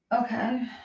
Okay